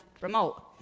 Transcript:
remote